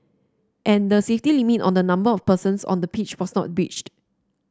and the safety limit on the number of persons on the pitch was not breached